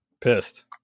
Pissed